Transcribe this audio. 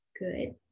good